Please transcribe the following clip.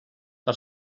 per